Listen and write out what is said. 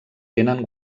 tenen